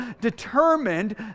determined